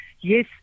yes